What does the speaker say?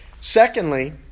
Secondly